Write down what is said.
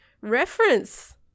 reference